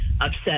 upset